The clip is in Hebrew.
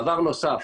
דבר נוסף,